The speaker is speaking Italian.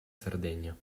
sardegna